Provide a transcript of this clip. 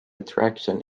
attraction